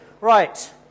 right